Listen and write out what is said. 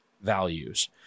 values